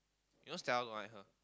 you know Stella don't like her